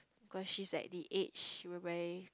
cause she's at the age whereby